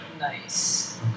Nice